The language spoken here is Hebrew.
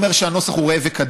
אני לא אומר שהנוסח הוא ראה וקדש.